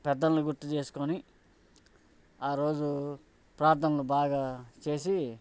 పెద్దల్ని గుర్తు చేసుకొని ఆరోజు ప్రార్థన్లు బాగా చేసి